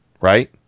right